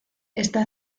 esta